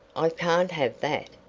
i can't have that.